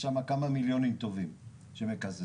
יש שם כמה מיליונים טובים שמקזזים.